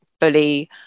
fully